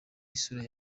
isura